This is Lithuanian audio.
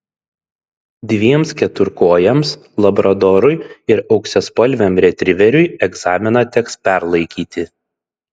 dviems keturkojams labradorui ir auksaspalviam retriveriui egzaminą teks perlaikyti